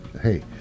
hey